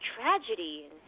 tragedy